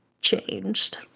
changed